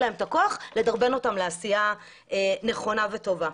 להם הכוח ולדרבן אותם לעשייה נכונה וטובה.